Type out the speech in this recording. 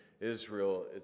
Israel